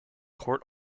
court